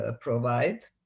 provide